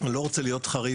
אני לא רוצה להיות חריף,